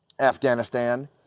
Afghanistan